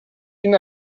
bin